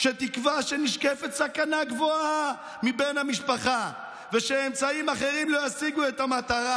שתקבע שנשקפת סכנה גבוהה מבן המשפחה ושאמצעים אחרים לא ישיגו את המטרה.